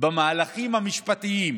במהלכים המשפטיים,